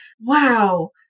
Wow